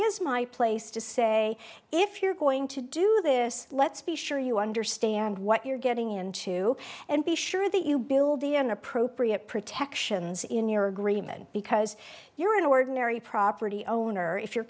is my place to say if you're going to do this let's be sure you understand what you're getting into and be sure that you build the inappropriate protections in your agreement because you're an ordinary property owner if you're